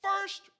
first